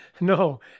No